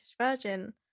Virgin